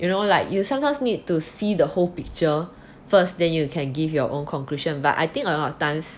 you know like you sometimes need to see the whole picture first then you can get your own conclusion but I think a lot of times